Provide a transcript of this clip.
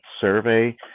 survey